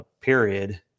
period